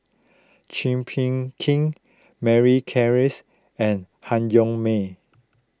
Chua Phung Kim Mary Klass and Han Yong May